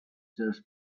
serves